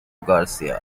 گارسیا